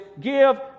give